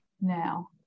now